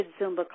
Zumba